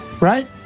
right